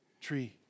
tree